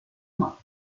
month